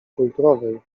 kulturowej